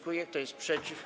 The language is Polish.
Kto jest przeciw?